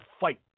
fight